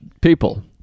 people